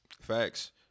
facts